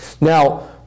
Now